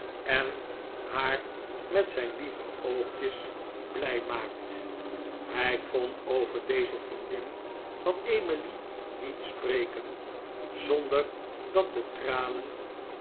en haar met zijn lieve oogjes blij maakt hij kon over deze vriendin van emily niet spreken zonder dat de tfanen